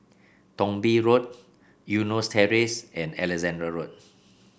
Thong Bee Road Eunos Terrace and Alexandra Road